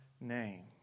name